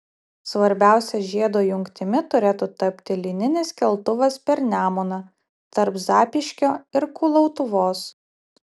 svarbiausia žiedo jungtimi turėtų tapti lyninis keltuvas per nemuną tarp zapyškio ir kulautuvos